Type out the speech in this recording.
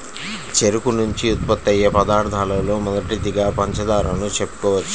చెరుకు నుంచి ఉత్పత్తయ్యే పదార్థాలలో మొదటిదిగా పంచదారను చెప్పుకోవచ్చు